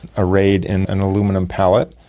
arrayed in an aluminium palate.